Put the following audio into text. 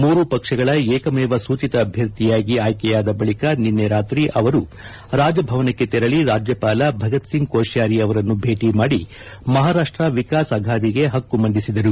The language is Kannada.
ಮೂರು ಪಕ್ಷಗಳ ಏಕಮೇವ ಸೂಚಿತ ಅಭ್ಯರ್ಥಿಯಾಗಿ ಆಯ್ಕೆ ಯಾದ ಬಳಿಕ ನಿನ್ನೆ ರಾತ್ರಿ ಅವರು ರಾಜಭವನಕ್ಕೆ ತೆರಳಿ ರಾಜ್ಯಪಾಲ ಭಗತ್ ಸಿಂಗ್ ಕೋಶ್ಯಾರಿ ಅವರನ್ನು ಭೇಟಿ ಮಾಡಿ ಮಹಾರಾಷ್ಟ ವಿಕಾಸ್ ಅಘಾದಿಗೆ ಹಕ್ಕು ಮಂಡಿಸಿದರು